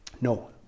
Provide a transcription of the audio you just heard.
No